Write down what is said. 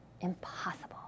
Impossible